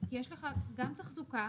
כי יש לך גם תחזוקה